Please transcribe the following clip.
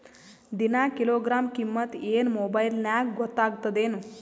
ದಿನಾ ಕಿಲೋಗ್ರಾಂ ಕಿಮ್ಮತ್ ಏನ್ ಮೊಬೈಲ್ ನ್ಯಾಗ ಗೊತ್ತಾಗತ್ತದೇನು?